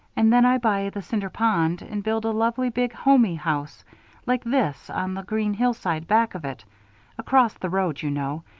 and then i buy the cinder pond and build a lovely big home-y house like this on the green hillside back of it across the road, you know,